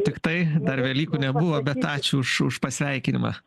tiktai dar velykų nebuvo bet ačiū už už pasveikinimą